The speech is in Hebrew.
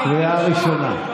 קריאה ראשונה.